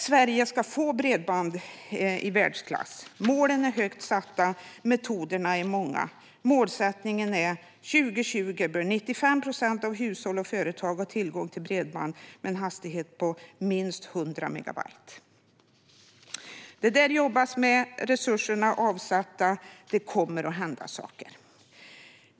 Sverige ska få bredband i världsklass. Målen är högt satta, och metoderna är många. Målsättningen är att år 2020 bör 95 procent av hushållen och företagen ha tillgång till bredband med en hastighet på minst 100 megabit. Det jobbas med detta, resurser har avsatts och det kommer att hända saker.